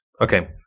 Okay